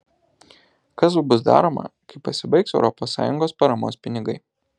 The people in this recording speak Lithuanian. kas bus daroma kai pasibaigs europos sąjungos paramos pinigai